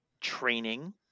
training